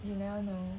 you never know